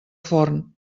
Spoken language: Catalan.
forn